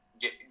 get